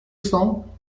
cents